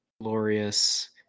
glorious